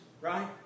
right